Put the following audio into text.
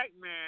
man